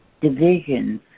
divisions